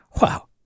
Wow